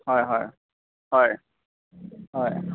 হয় হয় হয় হয়